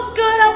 good